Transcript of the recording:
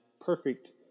perfect